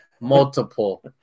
Multiple